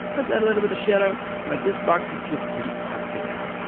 let's add a little bit of shadow allright, this box is just pretty ugly now.